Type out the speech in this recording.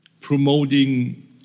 promoting